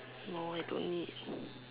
no I don't need